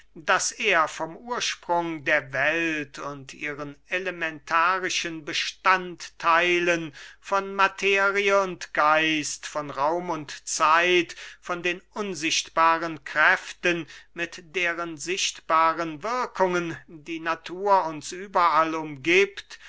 daß er vom ursprung der welt und ihren elementarischen bestandtheilen von materie und geist von raum und zeit von den unsichtbaren kräften mit deren sichtbaren wirkungen die natur uns überall umgiebt